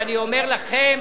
ואני אומר לכם,